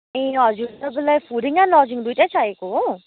ए हजुर तपाईँलाई फुडिङ र लजिङ दुइटै चाहिएको हो